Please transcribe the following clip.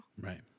Right